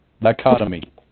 Dichotomy